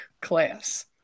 class